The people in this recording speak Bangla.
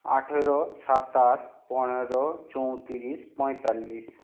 আঠেরো সাতাশ পনেরো চৌতিরিশ পয়তাল্লিশ